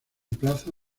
plaza